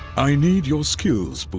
i need your skills, but